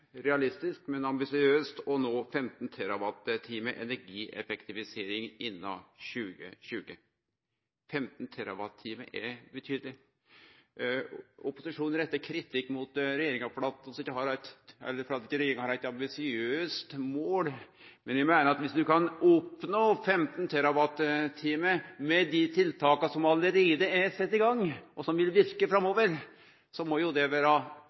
realistisk, men ambisiøst, å nå 15 TWh energieffektivisering innan 2020. 15 TWh er betydeleg. Opposisjonen rettar kritikk mot regjeringa for at dei ikkje har eit ambisiøst mål, men eg meiner at viss ein kan oppnå 15 TWh med dei tiltaka som allereie er sette i gang, og som vil verke framover, må det vere enda betre enn å ha nokre mål. For framtida er det jo